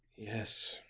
yes.